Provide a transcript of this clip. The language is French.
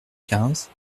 quinze